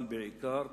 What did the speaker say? אבל בעיקר,